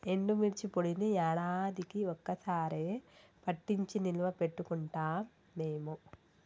ఎండుమిర్చి పొడిని యాడాదికీ ఒక్క సారె పట్టించి నిల్వ పెట్టుకుంటాం మేము